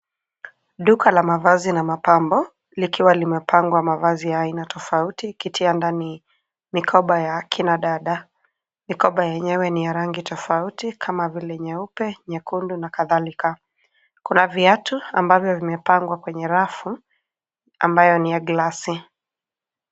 Duka la mavazi na mapambo likiwa limepangwa mavazi ya aina tofauti. Kiti ya ndani mikoba ya akina dada. Mikoba yenyewe ni ya rangi tofauti kama vile nyeupe, nyekundu na kadhalika. Kuna viatu ambavyo vimepangwa kwenye rafu ambayo ni ya (cs)glass(cs).